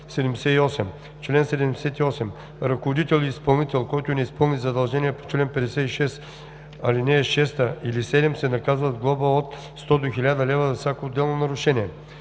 „Чл. 78. Ръководител или изпълнител, който не изпълни задължение по чл. 56, ал. 6 или 7 се наказва с глоба от 100 до 1000 лв. за всяко отделно нарушение“.